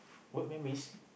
what memories